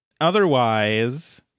otherwise